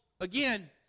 Again